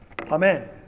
Amen